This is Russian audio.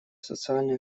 социально